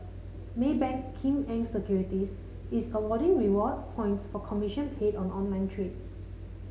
Maybank Kim Eng Securities is awarding reward points for commission paid on online trades